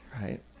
right